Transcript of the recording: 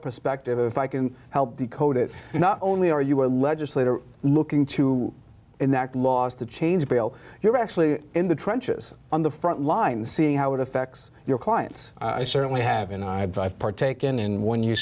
perspective if i can help decode it not only are you a legislator looking to enact laws to change bill you're actually in the trenches on the front lines see how it affects your clients i certainly have and i've partaken in when you